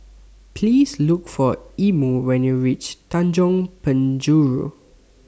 Please Look For Imo when YOU REACH Tanjong Penjuru